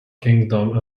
kingdom